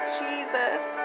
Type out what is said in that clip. jesus